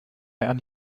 and